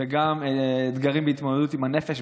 וגם אתגרים בהתמודדות עם הנפש.